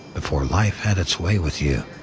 before life had its way with you.